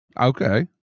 Okay